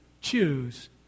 choose